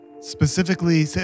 Specifically